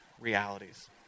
realities